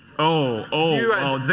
oh,